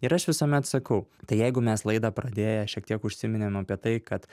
ir aš visuomet sakau tai jeigu mes laidą pradėję šiek tiek užsiminėm apie tai kad